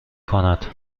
کند